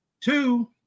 Two